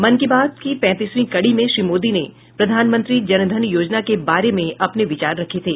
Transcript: मन की बात की पैंतीसवीं कड़ी में श्री मोदी ने प्रधानमंत्री जन धन योजना के बारे में अपने विचार रखे थे